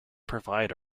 provide